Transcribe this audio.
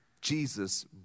Jesus